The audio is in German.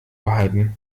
behalten